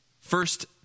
first